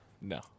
no